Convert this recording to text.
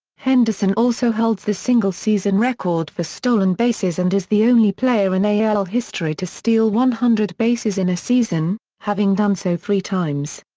henderson also holds the single-season record for stolen bases and is the only player in ah al history to steal one hundred bases in a season, having done so three times.